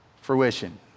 fruition